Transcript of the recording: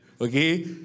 Okay